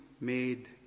made